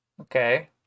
Okay